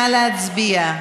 נא להצביע.